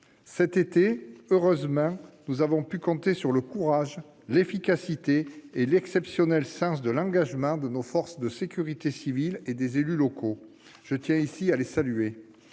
avons heureusement pu compter sur le courage, l'efficacité et l'exceptionnel sens de l'engagement de nos forces de sécurité civile et des élus locaux. Je tiens ici à les saluer.